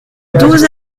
douze